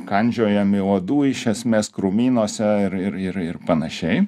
kandžiojami uodų iš esmės krūmynuose ir ir ir ir panašiai